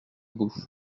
vous